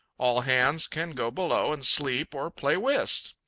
all hands can go below and sleep or play whist.